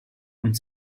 und